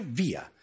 via